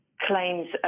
claims